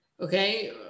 Okay